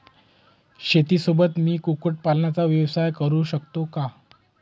शेतीसोबत मी कुक्कुटपालनाचा व्यवसाय करु शकतो का?